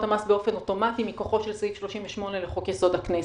המס באופן אוטומטי מכוחו של סעיף 38 לחוק יסוד: הכנסת.